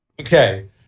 Okay